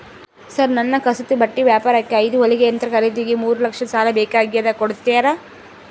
Sir ನನ್ನ ಕಸೂತಿ ಬಟ್ಟೆ ವ್ಯಾಪಾರಕ್ಕೆ ಐದು ಹೊಲಿಗೆ ಯಂತ್ರ ಖರೇದಿಗೆ ಮೂರು ಲಕ್ಷ ಸಾಲ ಬೇಕಾಗ್ಯದ ಕೊಡುತ್ತೇರಾ?